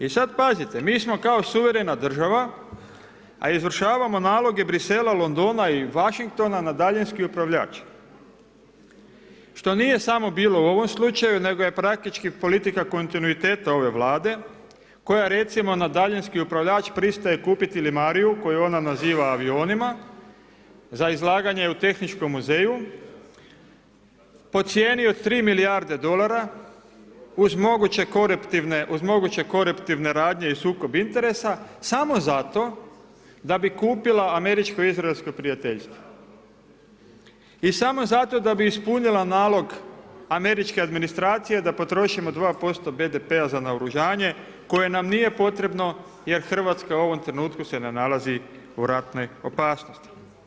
I sad pazite, mi smo kao suverena država, a izvršavamo naloge Bruxellesa, Londona i Washingtona na daljinski upravljač, što nije samo bilo u ovom slučaju nego je praktički politika kontinuiteta ove Vlade koja recimo, na daljinski upravljač pristaje kupiti limariju koju ona naziva avionima za izlaganje u tehničkom muzeju po cijeni od 3 milijarde dolara uz moguće koruptivne radnje i sukob interesa samo zato da bi kupila američko-izraelsko prijateljstvo i samo zato da bi ispunila nalog američke administracije da potrošimo 2% BDP-a za naoružanje koje nam nije potrebno jer RH u ovom trenutku se ne nalazi u ratnoj opasnosti.